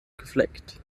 gefleckt